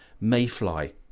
mayfly